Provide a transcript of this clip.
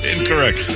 Incorrect